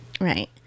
Right